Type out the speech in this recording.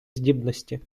здібності